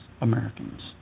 Americans